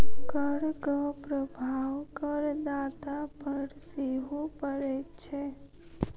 करक प्रभाव करदाता पर सेहो पड़ैत छै